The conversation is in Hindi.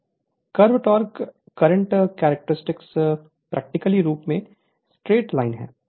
Refer Slide Time 1852 curve torque current character practically रुप से स्ट्रेट लाइन है